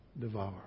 devour